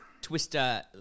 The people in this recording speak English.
twister